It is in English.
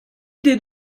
did